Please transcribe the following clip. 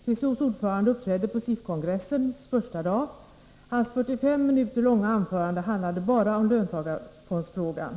TCO:s ordförande uppträdde på SIF-kongressens första dag. Hans 45 minuter långa anförande handlade bara om löntagarfondsfrågan.